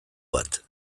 bat